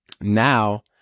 now